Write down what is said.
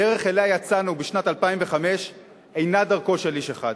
הדרך שאליה יצאנו בשנת 2005 אינה דרכו של איש אחד,